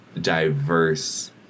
diverse